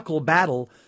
battle